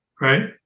right